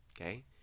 Okay